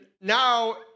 now